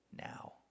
now